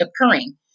occurring